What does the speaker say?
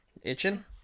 Itching